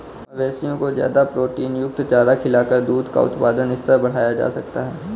मवेशियों को ज्यादा प्रोटीनयुक्त चारा खिलाकर दूध का उत्पादन स्तर बढ़ाया जा सकता है